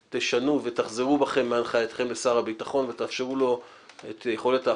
תחזרו מכם מהנחייתכם לשר הביטחון ותאפשרו לו את יכולת קבלת